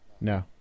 No